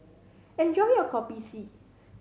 enjoy your Kopi C